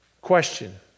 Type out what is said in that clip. Question